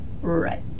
Right